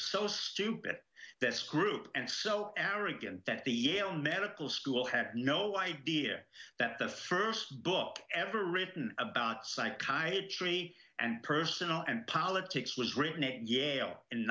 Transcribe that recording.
so stupid that group and so aric and that the yale medical school had no idea that the first book ever written about psychiatry and personal and politics was written at yale in